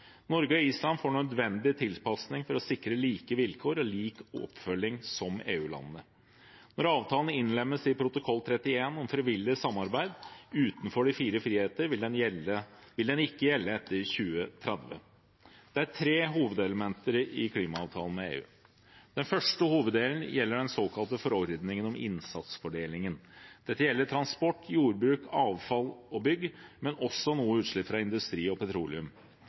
Norge og Island får nå en nødvendig tilpasning for å sikre like vilkår og lik oppfølging som EU-landene. Når avtalen innlemmes i protokoll 31 om frivillig samarbeid utenfor de fire friheter, vil den ikke gjelde etter 2030. Det er tre hovedelementer i klimaavtalen med EU. Den første hoveddelen gjelder den såkalte forordningen om innsatsfordelingen. Dette gjelder transport, jordbruk, avfall og bygg, men også noe utslipp fra industri og petroleum.